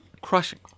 Crushing